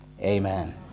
Amen